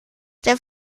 der